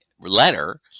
letter